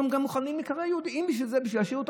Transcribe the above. הם רוצים וחלק מהם מוכנים גם להיקרא יהודים בשביל להישאר.